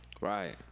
Right